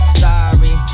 sorry